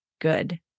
good